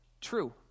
true